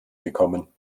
gekommen